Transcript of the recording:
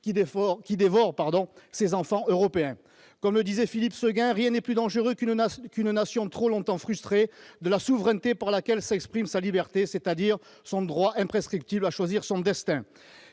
qui dévore ses enfants européens. Comme le disait Philippe Séguin, « rien n'est plus dangereux qu'une nation trop longtemps frustrée de la souveraineté par laquelle s'exprime sa liberté, c'est-à-dire son droit imprescriptible à choisir son destin.